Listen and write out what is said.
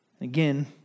Again